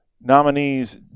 nominee's